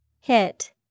Hit